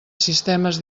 sistemes